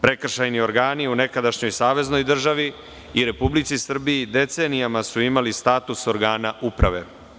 Prekršajni organi u nekadašnjoj saveznoj državi i RS decenijama su imali status organa uprave.